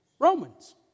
Romans